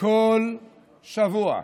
בכל שבוע,